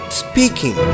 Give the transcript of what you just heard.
speaking